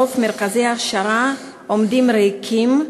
רוב מרכזי ההכשרה עומדים ריקים,